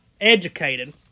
educated